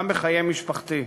גם בחיי משפחתי.